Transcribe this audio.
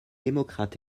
démocrates